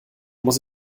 muss